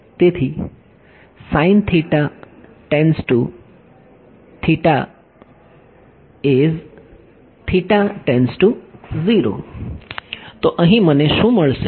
તેથી તો અહી મને શું મળશે